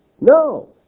No